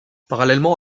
parallèlement